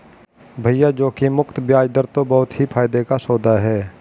भैया जोखिम मुक्त बयाज दर तो बहुत ही फायदे का सौदा है